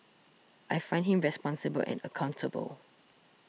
I find him responsible and accountable